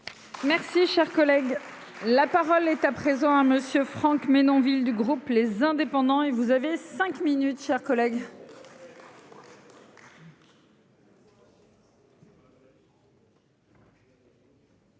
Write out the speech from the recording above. Merci cher collègue. La parole est à présent monsieur Franck Menonville du groupe les indépendants et vous avez 5 minutes, chers collègues.